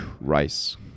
Rice